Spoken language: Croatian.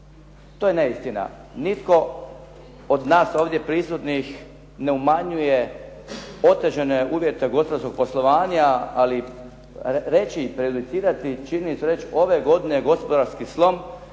To je neistina. Nitko od nas ovdje prisutnih ne umanjuje otežane uvjete gospodarskog poslovanja, ali reći, prejudicirati činjenicu i reći ove godine gospodarski slom